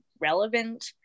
relevant